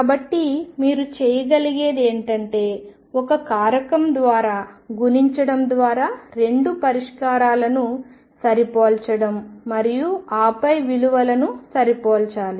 కాబట్టి మీరు చేయగలిగేది ఏమిటంటే ఒక కారకం ద్వారా గుణించడం ద్వారా రెండు పరిష్కారాలను సరిపోల్చడం మరియు ఆపై విలువలను సరి పోల్చాలి